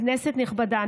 כנסת נכבדה,